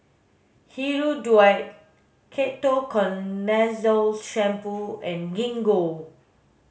Hirudoid Ketoconazole shampoo and Gingko